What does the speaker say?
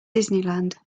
disneyland